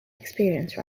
experience